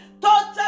total